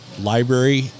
library